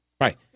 Right